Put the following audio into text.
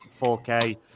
4K